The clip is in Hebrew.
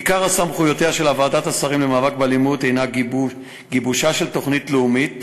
עיקר סמכויותיה של ועדת השרים למאבק באלימות הוא גיבוש תוכנית לאומית